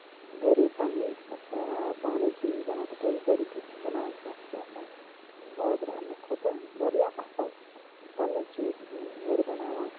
گرے پَنٕنہِ پانَے چھِ أسۍ بَران تِکیازِ گریُک یُس بَناوُن چھُ آسان بازرٕ اَنٕنہٕ کھوتہٕ واریاہ اَصٕل پَنٕنۍ چیٖز گرِ بَناوان